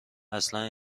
اصلن